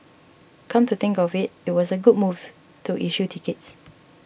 come to think of it it was a good move to issue tickets